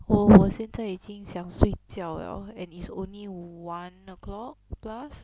我我现在已经想睡觉 liao and is only one O'clock plus